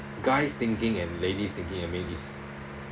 guys thinking and ladies thinking I mean is